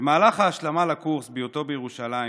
במהלך ההשלמה לקורס, בהיותו בירושלים,